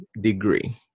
degree